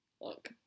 Look